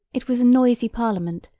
it was a noisy parliament,